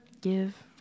Give